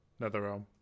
NetherRealm